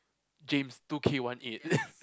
James two kay one eight